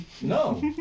No